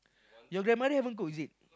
your grandmother haven't cook is it